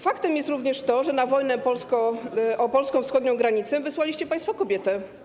Faktem jest również to, że na wojnę o polską wschodnią granicę wysłaliście państwo kobietę.